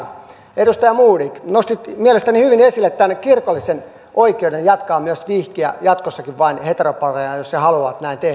edustaja modig nostit mielestäni hyvin esille tämän kirkollisen oikeuden jatkossakin vihkiä vain heteropareja jos he haluavat näin tehdä